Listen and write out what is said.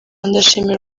ndashimira